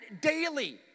daily